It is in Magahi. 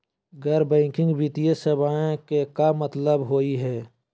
गैर बैंकिंग वित्तीय सेवाएं के का मतलब होई हे?